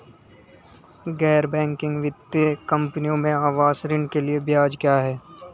गैर बैंकिंग वित्तीय कंपनियों में आवास ऋण के लिए ब्याज क्या है?